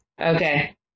okay